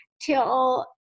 till